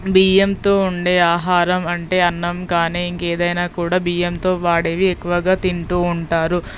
బియ్యంతో ఉండే ఆహారం అంటే అన్నం కానీ ఇంకేదైనా కూడా బియ్యంతో వాడేవి ఎక్కువగా తింటూ ఉంటారు